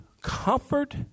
comfort